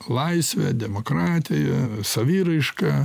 laisve demokratija saviraiška